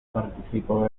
participó